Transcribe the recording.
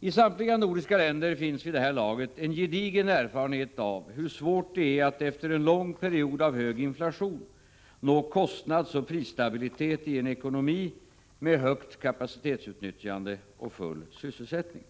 I samtliga nordiska länder finns vid det här laget en gedigen erfarenhet av hur svårt det är att efter en lång period av hög inflation nå kostnadsoch prisstabilitet i en ekonomi med högt kapacitetsutnyttjande och full sysselsättning.